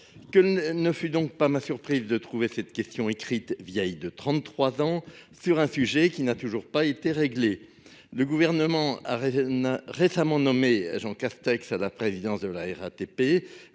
Quelle ne fut donc pas ma surprise de retrouver cette question écrite, vieille de trente-trois ans, sur un sujet qui n'a toujours pas été réglé ... Le Gouvernement a récemment nommé Jean Castex à la présidence de la RATP